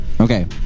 Okay